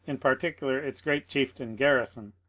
in particular its great chieftain garrison,